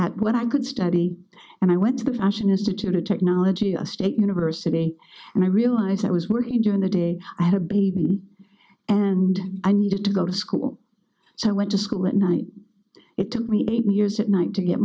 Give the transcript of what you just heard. at what i could study and i went to the fashionista to technology a state university and i realized i was working during the day i had a baby and i needed to go to school so i went to school at night it took me eight years at night to get